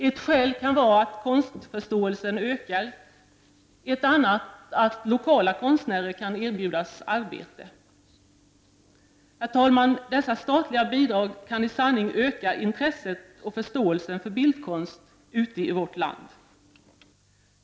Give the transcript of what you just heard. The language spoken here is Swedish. Ett skäl är att konstförståelsen ökar, ett annat att lokala konstnärer kan erbjudas arbete. Herr talman! Dessa statliga bidrag kan i sanning öka intresset och förståelsen för bildkonst i vårt land.